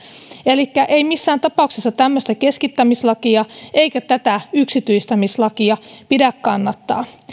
elikkä ei missään tapauksessa tämmöistä keskittämislakia eikä tätä yksityistämislakia pidä kannattaa